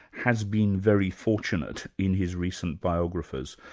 has been very fortunate in his recent biographers.